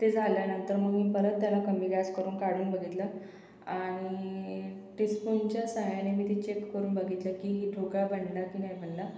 ते झाल्यानंतर मग मी परत त्याला कमी गॅस करून काढून बघितलं आणि टीस्पूनच्या साहाय्यानी मी ते चेक करून बघितलं की ढोकळा बनला की नाही बनला